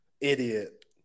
Idiot